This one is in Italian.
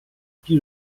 più